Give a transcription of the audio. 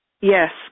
Yes